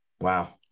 Wow